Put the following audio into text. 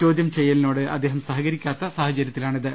ചോദ്യം ചെയ്യലിനോ ട് അദ്ദേഹം സഹകരിക്കാത്ത സാഹചര്യത്തിലാണിത്